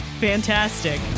fantastic